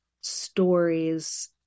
stories